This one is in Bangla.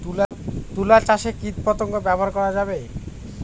তুলা চাষে কীটপতঙ্গ ব্যবহার করা যাবে?